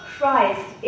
Christ